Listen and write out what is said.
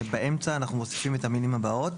באמצע אנחנו מוסיפים את המילים הבאות